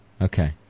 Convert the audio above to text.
Okay